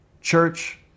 Church